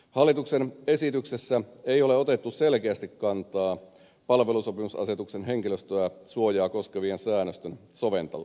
hallituksen esityksessä ei ole otettu selkeästi kantaa palvelusopimusasetuksen henkilöstön suojaa koskevien säännösten soveltamiseen